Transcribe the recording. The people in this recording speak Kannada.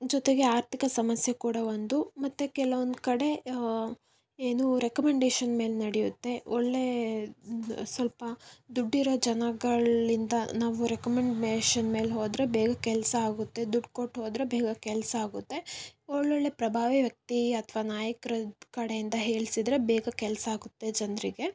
ಜೊತೆಗೆ ಆರ್ಥಿಕ ಸಮಸ್ಯೆ ಕೂಡ ಒಂದು ಮತ್ತು ಕೆಲವೊಂದು ಕಡೆ ಏನು ರೆಕಮಂಡೇಷನ್ ಮೇಲೆ ನಡೆಯುತ್ತೆ ಒಳ್ಳೆಯ ಸ್ವಲ್ಪ ದುಡ್ಡಿರೋ ಜನಗಳಿಂದ ನಾವು ರೆಕಮಂಡೇಷನ್ ಮೇಲೆ ಹೋದರೆ ಬೇಗ ಕೆಲಸ ಆಗುತ್ತೆ ದುಡ್ಡು ಕೊಟ್ಟು ಹೋದರೆ ಬೇಗ ಕೆಲಸ ಆಗುತ್ತೆ ಒಳ್ಳೊಳ್ಳೆಯ ಪ್ರಭಾವಿ ವ್ಯಕ್ತಿ ಅಥವಾ ನಾಯಕರ ಕಡೆಯಿಂದ ಹೇಳಿಸಿದ್ರೆ ಬೇಗ ಕೆಲಸ ಆಗುತ್ತೆ ಜನರಿಗೆ